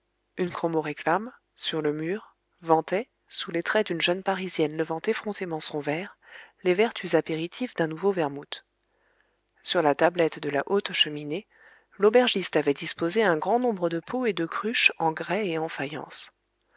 un chromo réclame sur le mur vantait sous les traits d'une jeune parisienne levant effrontément son verre les vertus apéritives d'un nouveau vermouth sur la tablette de la haute cheminée l'aubergiste avait disposé un grand nombre de pots et de cruches en grès et en faïence